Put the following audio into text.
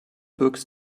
books